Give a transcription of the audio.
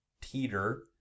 teeter